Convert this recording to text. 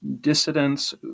dissidents